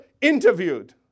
interviewed